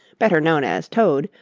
better known as toad,